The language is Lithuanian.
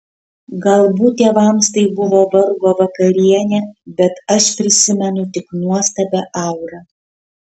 galbūt tėvams tai buvo vargo vakarienė bet aš prisimenu tik nuostabią aurą